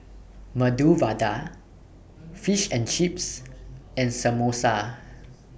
Medu Vada Fish and Chips and Samosa